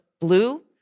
blue